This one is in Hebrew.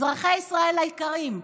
אזרחי ישראל היקרים,